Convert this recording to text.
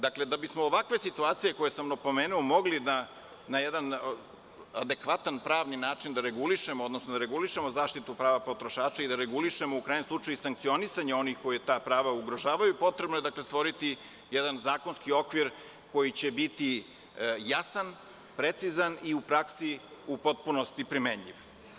Da bismo ovakve situacije koje sam napomenuo mogli da na jedan adekvatan pravni način regulišemo, odnosno da regulišemo zaštitu prava potrošača i regulišemo sankcionisanje onih koji ta prava ugrožavaju potrebno je da stvorimo zakonski okvir koji će biti jasan, precizan i u praksi u potpunosti primenljiv.